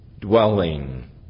dwelling